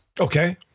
okay